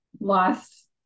lost